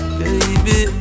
baby